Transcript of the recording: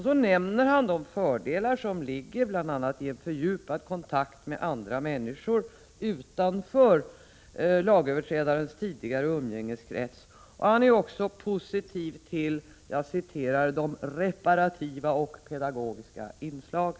Så nämner han de fördelar som ligger i fördjupad kontakt med andra människor utanför lagöverträdarens tidigare umgängskrets, och han är positiv till ”reparativa och pedagogiska inslag”.